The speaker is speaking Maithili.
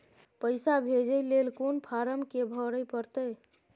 पैसा भेजय लेल कोन फारम के भरय परतै?